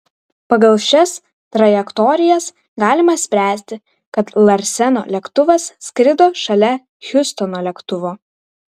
pagal šias trajektorijas galima spręsti kad larseno lėktuvas skrido šalia hiustono lėktuvo